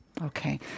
Okay